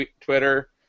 Twitter